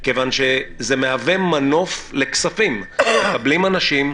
מכיוון שזה מהווה מנוף לכספים מקבלים אנשים,